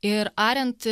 ir ariant